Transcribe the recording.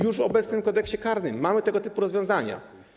Już w obecnym Kodeksie karnym są tego typu rozwiązania.